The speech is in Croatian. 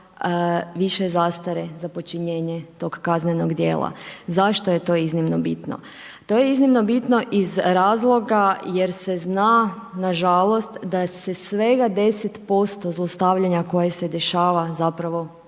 više zastare za počinjenje tog kaznenog djela. Zašto je to iznimno bitno? To je iznimno bitno iz razloga jer se zna, nažalost, da se svega 10% zlostavljanja koje se dešava zapravo